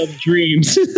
Dreams